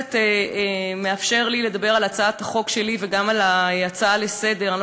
הכנסת מאפשר לי לדבר על הצעת החוק שלי וגם על ההצעה לסדר-היום.